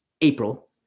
April